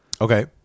Okay